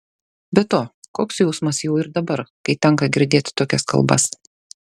be to koks jausmas jau ir dabar kai tenka girdėt tokias kalbas